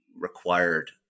required